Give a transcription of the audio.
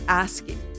asking